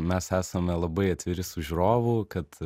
mes esame labai atviri su žiūrovu kad